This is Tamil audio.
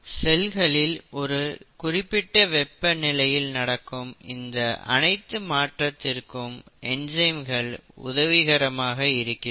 செல்களில் ஒரு குறிப்பிட்ட வெப்பநிலையில் நடக்கும் இந்த அனைத்து மாற்றத்திற்கு என்சைம்கள் உதவிகரமாக இருக்கிறது